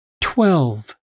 twelve